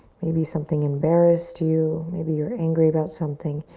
maybe something embarrassed you. maybe you're angry about something.